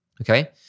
okay